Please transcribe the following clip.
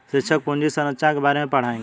शिक्षक पूंजी संरचना के बारे में पढ़ाएंगे